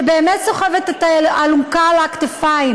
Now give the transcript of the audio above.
שבאמת סוחבת את האלונקה על הכתפיים,